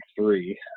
three